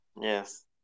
Yes